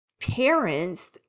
parents